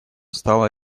стала